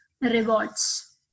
rewards